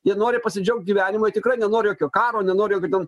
jie nori pasidžiaugt gyvenimu jie tikrai nenori jokio karo nenori jokio ten